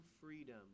freedom